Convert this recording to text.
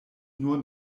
nur